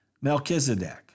Melchizedek